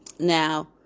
Now